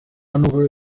n’ubwo